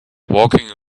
walking